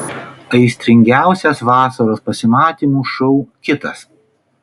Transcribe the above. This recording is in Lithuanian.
aistringiausias vasaros pasimatymų šou kitas